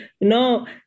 No